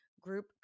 group